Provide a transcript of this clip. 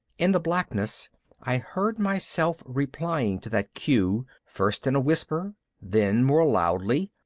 in the blackness i heard myself replying to that cue, first in a whisper, then more loudly,